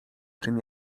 czym